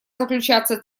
заключаться